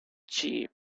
cheap